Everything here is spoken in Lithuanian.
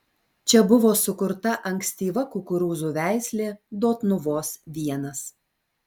čia buvo sukurta ankstyva kukurūzų veislė dotnuvos l